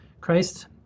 Christ